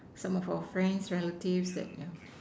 some of our friends relatives that